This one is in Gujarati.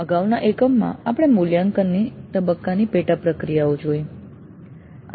અગાઉના એકમમાં આપણે મૂલ્યાંકન તબક્કાની પેટા પ્રક્રિયાઓ જોઈ